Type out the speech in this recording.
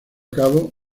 cabo